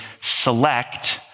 Select